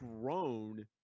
grown